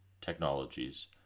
technologies